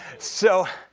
so,